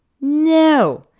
no